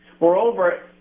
Moreover